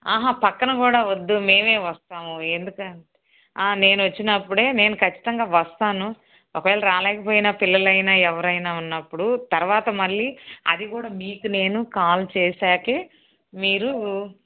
ఆహా పక్కన కూడా వద్దు మేమే వస్తాము ఎందుకు నేను వచ్చినప్పుడే నేను కచ్చితంగా వస్తాను ఒకవేళ రాలేకపోయినా పిల్లలైనా ఎవరైనా ఉన్నప్పుడు తర్వాత మళ్లీ అది కూడా మీకు నేను కాల్ చేసాకే మీరు